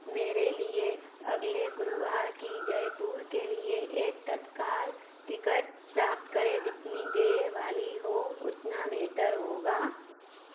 मेरे लिए अगले गुरुवार की जयपुर के लिए एक तत्काल तिकट प्राप्त करें जितनी देर वाली हो उतना बेहतर होगा